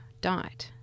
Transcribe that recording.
died